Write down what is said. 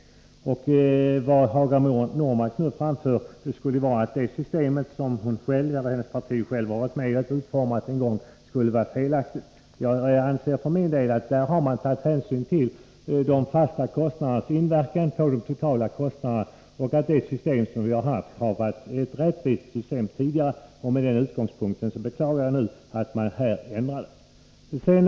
Enligt den uppfattning som Hagar Normark nu framför skulle det system som hennes parti och hon själv varit med om att utforma vara felaktigt. Jag anser för min del att man där har tagit hänsyn till de fasta kostnadernas inverkan på de totala kostnaderna och att det system som vi har haft har varit rättvist. Med den utgångspunkten beklagar jag att man nu ändrar det systemet.